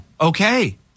Okay